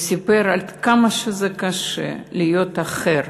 סיפר עד כמה זה קשה להיות אחר,